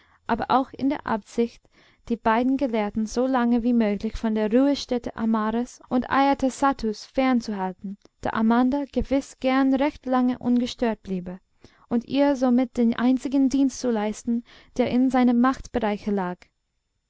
aber auch in der absicht die beiden gelehrten so lange wie möglich von der ruhestätte amaras und ajatasattus fern zu halten da amanda gewiß gern recht lange ungestört bliebe und ihr somit den einzigen dienst zu leisten der in seinem machtbereiche lag